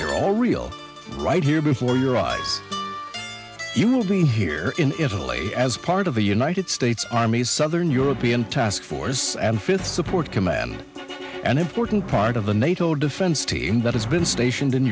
they are all real right here before your eyes you will be here in italy as part of the united states army southern european task force and fifth support command an important part of the nato defense team that has been stationed in